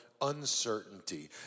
uncertainty